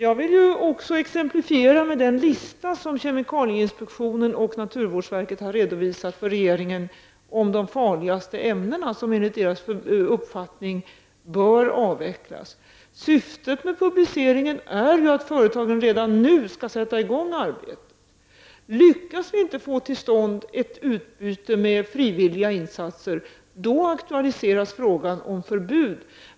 Jag vill exemplifiera detta med den lista över de farligaste ämnena som kemikalieinspektionen och naturvårdsverket har redovisat för regeringen, ämnen vilkas användning enligt deras uppfattning bör avvecklas. Syftet med publiceringen är att företagen redan nu skall sätta i gång med arbetet. Lyckas vi inte få till stånd ett utbyte med frivilliga insatser aktualiseras frågan om förbud.